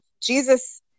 Jesus